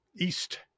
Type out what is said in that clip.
east